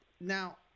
Now